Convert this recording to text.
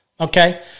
Okay